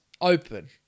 Open